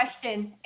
question